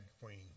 queen